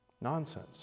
Nonsense